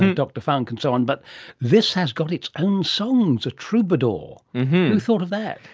dr funk and so on, but this has got its own songs, a troubadour. who thought of that?